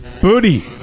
Booty